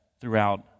throughout